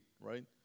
right